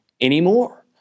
anymore